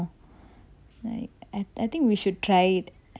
like I think we should try it